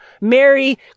Mary